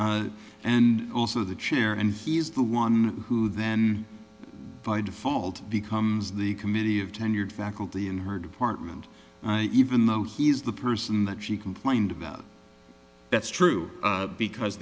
right and also the chair and he is the one who then by default becomes the committee of tenured faculty in her department even though he is the person that she complained about that's true because